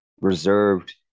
reserved